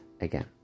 again